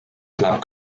club